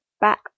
Back